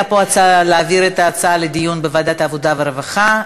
הייתה פה הצעה להעביר את ההצעות לדיון בוועדת העבודה והרווחה.